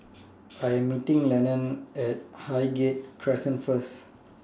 I Am meeting Lennon At Highgate Crescent First